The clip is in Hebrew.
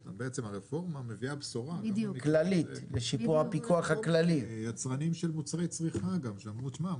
שכל מוצר עובר בדיקה בכניסה,